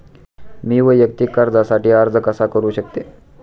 मी वैयक्तिक कर्जासाठी अर्ज कसा करु शकते?